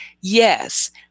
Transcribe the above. yes